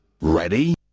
Ready